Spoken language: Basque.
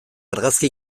argazki